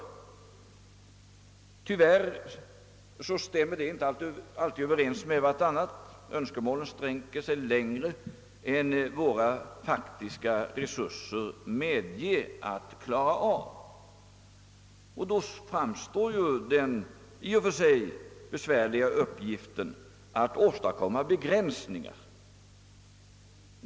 Tyvärr sträcker sig önskemålen ofta längre än vad våra faktiska resurser medger. Då framstår ju den i och för sig besvärliga uppgiften att åstadkomma begränsningar.